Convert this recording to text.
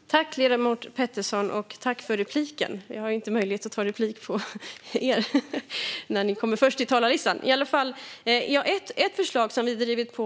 Fru talman! Tack, ledamoten Petersson, för repliken! Jag har ju inte möjlighet att ta replik på er när ni är först på talarlistan. Ett förslag som vi har drivit